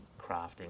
crafting